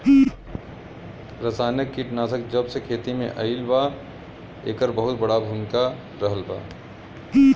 रासायनिक कीटनाशक जबसे खेती में आईल बा येकर बहुत बड़ा भूमिका रहलबा